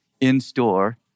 in-store